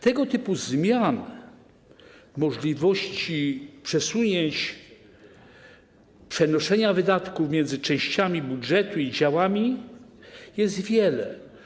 Tego typu zmian, jeśli chodzi o możliwości przesunięć, przenoszenia wydatków między częściami budżetu i działami, jest wiele.